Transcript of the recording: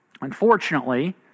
Unfortunately